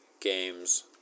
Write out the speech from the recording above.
games